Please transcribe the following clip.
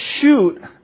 shoot